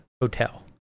Hotel